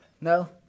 no